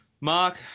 Mark